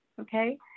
Okay